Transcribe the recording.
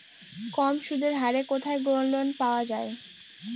কম সুদের হারে কোথায় গোল্ডলোন পাওয়া য়ায়?